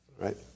right